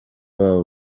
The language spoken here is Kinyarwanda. babo